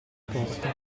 porta